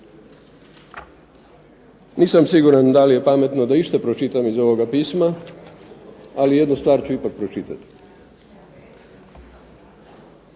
Nisam siguran da li je pametno da išta pročitam iz ovoga pisma, ali jednu stvar ću ipak pročitati.